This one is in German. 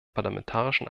parlamentarischen